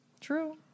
True